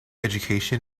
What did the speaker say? education